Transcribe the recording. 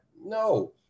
no